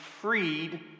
freed